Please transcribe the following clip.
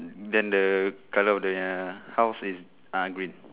mm then the colour of the house is uh green